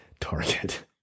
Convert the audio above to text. target